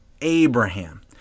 Abraham